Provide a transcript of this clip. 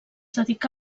dedicà